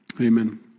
amen